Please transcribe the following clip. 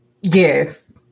Yes